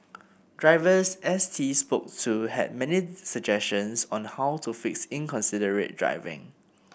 drivers S T spoke to had many suggestions on how to fix inconsiderate driving